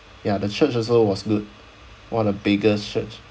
ya the church also was good one of the biggest church